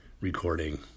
recording